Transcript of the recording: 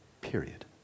period